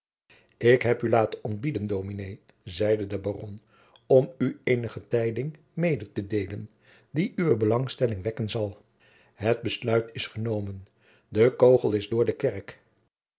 ik heb u laten ontbieden dominé zeide de baron om u eene tijding medetedeelen die uwe belangstelling wekken zal het besluit is genomen de kogel is door de kerk